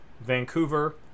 Vancouver